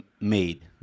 made